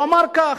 הוא אמר כך,